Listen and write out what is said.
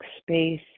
space